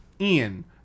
Ian